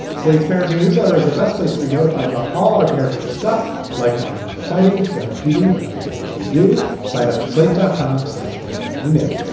slate's parenting newsletter is the best place to be notified about all our parenting stuff like mom and her fighting care and feeding and everything else. we do sign up at slate dot com, slash parenting email.